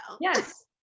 Yes